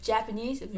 Japanese